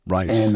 Right